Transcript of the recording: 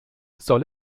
soll